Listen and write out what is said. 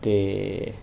ते